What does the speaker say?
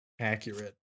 accurate